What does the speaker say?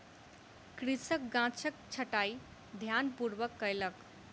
कृषक गाछक छंटाई ध्यानपूर्वक कयलक